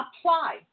apply